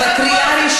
מה קרה?